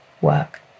work